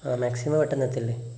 ആ മാക്സിമം പെട്ടെന്ന് എത്തില്ലേ